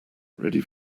ready